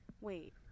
wait